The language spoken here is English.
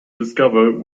discover